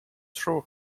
true